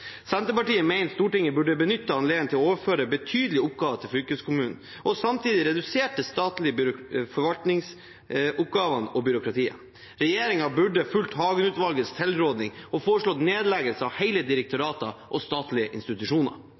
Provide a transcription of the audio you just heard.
Senterpartiet mener Stortinget burde benytte anledningen til å overføre betydelige oppgaver til fylkeskommunene, og samtidig redusere statlige forvaltningsoppgaver og byråkrati. Regjeringen burde fulgt Hagen-uvalgtes tilråding og foreslått nedleggelse av hele direktorater og statlige institusjoner.